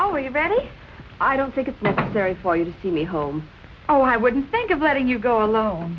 ready i don't think it's necessary for you to see me home oh i wouldn't think of letting you go alone